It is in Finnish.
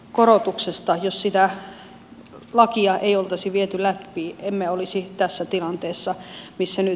jos sitä lakia ei oltaisi viety läpi emme olisi tässä tilanteessa kuin nyt